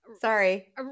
sorry